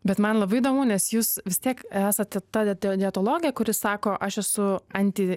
bet man labai įdomu nes jūs vis tiek esate ta dietologė kuri sako aš esu anti